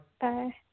bye